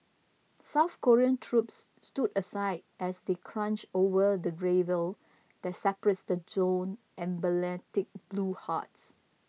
South Korean troops stood aside as they crunched over the gravel that separates the zone's emblematic blue huts